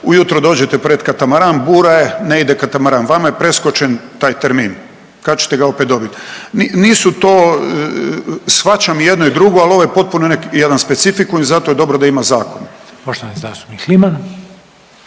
ujutro dođete pred katamaran, bura je, ne ide katamaran, vama je preskočen taj termin, kad ćete ga opet dobit. Nisu to, shvaćam i jedno i drugo, al ovo je potpuno jedan specifikum i zato je dobro da ima zakon.